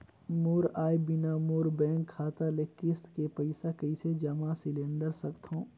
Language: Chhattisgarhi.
मोर आय बिना मोर बैंक खाता ले किस्त के पईसा कइसे जमा सिलेंडर सकथव?